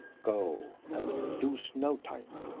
go, and lose no time.